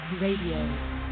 Radio